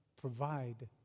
provide